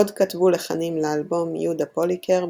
עוד כתבו לחנים לאלבום יהודה פוליקר,